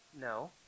No